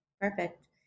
perfect